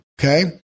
Okay